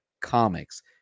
comics